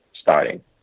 starting